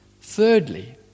Thirdly